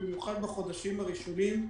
במיוחד בחודשים הראשונים,